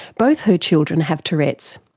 both her children have tourette's.